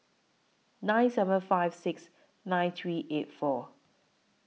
nine seven five six nine three eight four